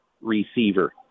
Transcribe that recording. receiver